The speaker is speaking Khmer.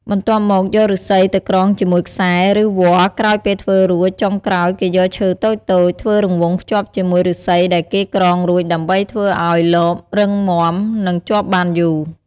បន្ទាប់មកយកឬស្សីទៅក្រងជាមួយខ្សែ ឬវល្លិ៍ក្រោយពេលធ្វើរួចចុងក្រោយគេយកឈើតូចៗ ធ្វើរង្វង់ភ្ជាប់ជាមួយឫស្សីដែលគេក្រងរួចដើម្បីធ្វើឲ្យលបរឹងមាំនិងជាប់បានយូរ។